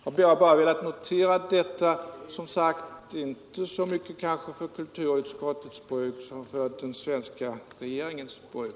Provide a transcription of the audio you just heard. Jag har bara velat notera detta — som sagt inte så mycket kanske för kulturutskottets bruk som för den svenska regeringens bruk.